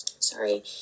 sorry